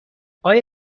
آیا